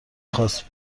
خواست